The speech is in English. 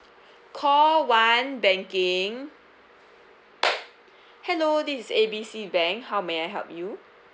call one banking hello this is A B C bank how may I help you